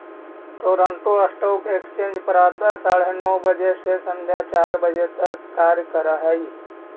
Toronto stock exchange प्रातः साढ़े नौ बजे से सायं चार बजे तक कार्य करऽ हइ